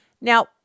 Now